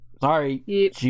sorry